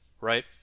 right